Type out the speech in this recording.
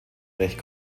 recht